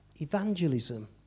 evangelism